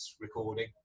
recording